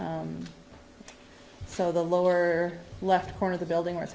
so the lower left corner of the building